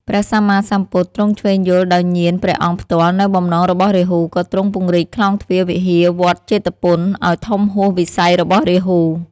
ព្រះសម្មាសម្ពុទ្ធ ទ្រង់ឈ្វេងយល់ដោយញាណព្រះអង្គផ្ទាល់នូវបំណងរបស់រាហូ ក៏ទ្រង់ពង្រីកខ្លោងទ្វារវិហារវត្តជេតពន ឱ្យធំហួសវិស័យរបស់រាហូ។